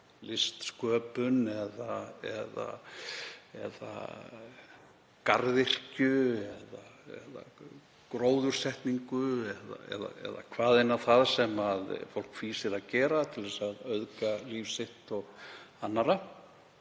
listsköpun, garðyrkju, gróðursetningu eða hvaðeina það sem fólk fýsir að gera til þess að auðga líf sitt og annarra,